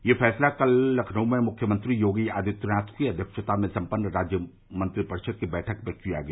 यह फैसला कल लखनऊ में मुख्यमंत्री योगी आदित्यनाथ की अव्यक्षता में सम्पन्न राज्य मंत्रिपरिषद की बैठक में किया गया